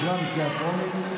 אושרה בקריאה טרומית,